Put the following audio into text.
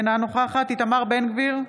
אינה נוכחת איתמר בן גביר,